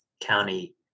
county